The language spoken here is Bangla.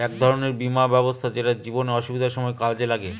এক ধরনের বীমা ব্যবস্থা যেটা জীবনে অসুবিধার সময় কাজে লাগে